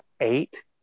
eight